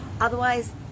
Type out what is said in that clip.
otherwise